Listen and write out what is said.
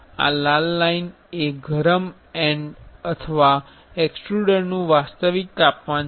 આ લાલ લાઇન એ ગરમ એંડ અથવા એક્સ્ટ્રુડરનું વાસ્તવિક તાપમાન છે